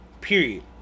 Period